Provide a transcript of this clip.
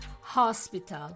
hospital